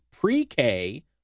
pre-K